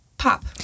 pop